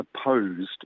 opposed